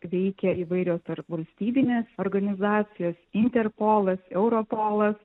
veikia įvairios tarpvalstybinės organizacijos interpolas europolas